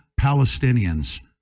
Palestinians